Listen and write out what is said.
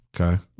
okay